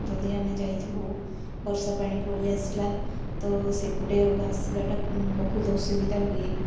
ଯଦି ଆମେ ଯାଇଥିବୁ ବର୍ଷା ପାଣି ପଳିଆସିଲା ତ ସେପଟେ ଆଉ ଆସିବାଟା ବହୁତ ଅସୁବିଧା ହୁଏ